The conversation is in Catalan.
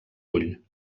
ull